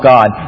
God